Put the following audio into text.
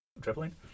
dribbling